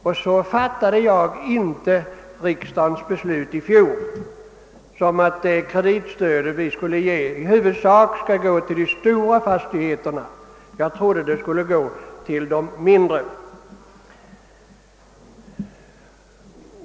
Jag fattade inte riksdagsbeslutet i fjol så, att det kreditstöd som vi skulle ge i huvudsak skulle gå till de stora fastigheterna: Jag trodde att det skulle gå till de mindre.